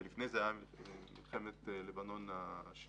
כשלפני זה היה לנו את מלחמת לבנון השנייה.